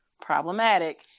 problematic